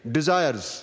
Desires